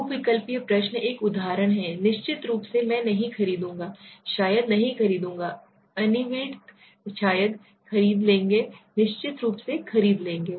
बहुविकल्पी प्रश्न एक उदाहरण है निश्चित रूप से मैं नहीं खरीदूंगा शायद नहीं खरीदूंगा अनिर्णीत शायद खरीद लेंगे निश्चित रूप से खरीद लेंगे